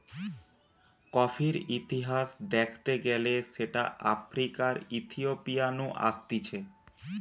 কফির ইতিহাস দ্যাখতে গেলে সেটা আফ্রিকার ইথিওপিয়া নু আসতিছে